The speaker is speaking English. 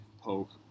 poke